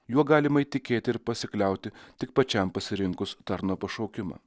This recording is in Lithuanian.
juo galima įtikėti ir pasikliauti tik pačiam pasirinkus tarno pašaukimą